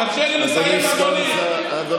תאפשר לי לסיים, אדוני.